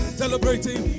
celebrating